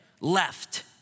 left